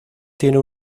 tiene